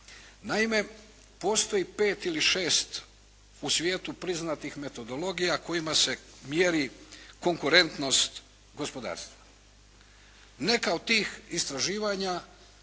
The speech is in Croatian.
Naime, postoji 5 ili 6 u svijetu priznatih metodologija kojima se mjeri konkurentnost gospodarstva. Neka od tih istraživanja